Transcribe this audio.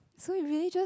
so it really just